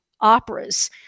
operas